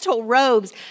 robes